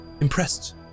impressed